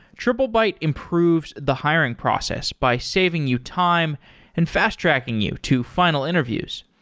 triplebyte improves the hiring process by saving you time and fast-tracking you to final interviews.